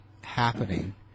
happening